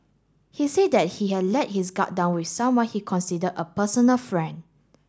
he said that he had let his guard down with someone he considered a personal friend